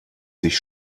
sich